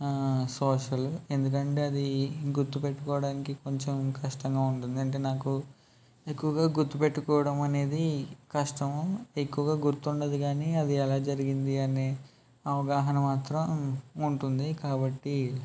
social ఎందుకంటే అది గుర్తుపెట్టుకోవడానికి కొంచెం కష్టంగా ఉంటుంది అంటే నాకు ఎక్కువగా గుర్తుపెట్టుకోవడం అనేది కష్టము ఎక్కువగా గుర్తుండదు కానీ అది ఎలా జరిగింది అని అవగాహన మాత్రం ఉంటుంది కాబట్టి